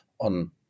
on